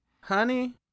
Honey